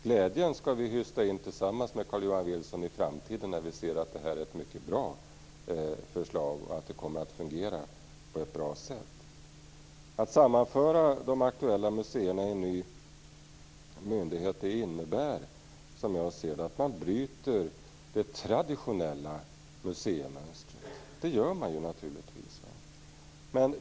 Glädjen skall vi hösta in tillsammans med Carl-Johan Wilson i framtiden när vi ser att det var ett mycket bra förslag och att det kommer att fungera på ett bra sätt. Att sammanföra de aktuella museerna i en ny myndighet innebär, som jag ser det, att man bryter det traditionella museimönstret.